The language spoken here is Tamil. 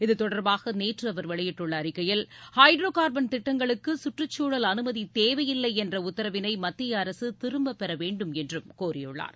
இத்தொடர்பாக நேற்று அவர் வெளியிட்டுள்ள அறிக்கையில் ஹைட்ரோ கார்பன் திட்டங்களுக்கு சுற்றுக்சூழல் அனுமதி தேவையில்லை என்ற உத்தரவினை மத்திய அரசு திரும்பப் பெற வேண்டுமென்று கோரியுள்ளார்